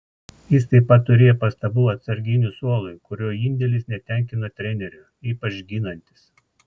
jis taip pat turėjo pastabų atsarginių suolui kurio indėlis netenkino trenerio ypač ginantis